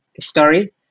story